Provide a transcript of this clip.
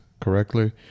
correctly